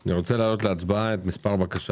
אני מעלה להצבעה את מס' בקשה